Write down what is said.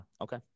Okay